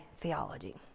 theology